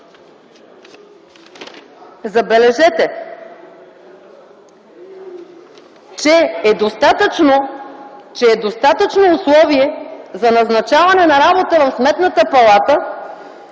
забележете, че е достатъчно условие за назначаване на работа в Сметната палата